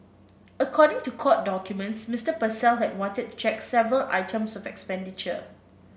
according to court documents Mister Purcell had wanted to check several items of expenditure